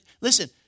listen